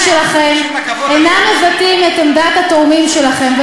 שלכם אינם מבטאים את עמדת התורמים שלכם,